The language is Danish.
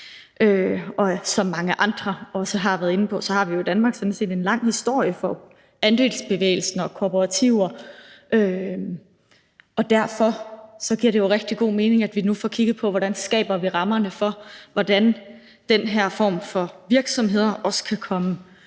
Som mange andre også har været inde på, har vi sådan set i Danmark en lang historie med andelsbevægelsen og kooperativer, og derfor giver det jo rigtig god mening, at vi nu får kigget på, hvordan vi skaber rammerne for, hvordan den her form for virksomheder også kan komme